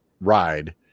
ride